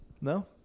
No